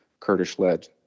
Kurdish-led